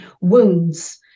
wounds